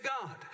God